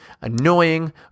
annoying